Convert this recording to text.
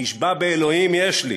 נשבע באלוהים, יש לי.